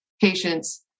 patients